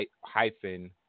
hyphen